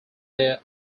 their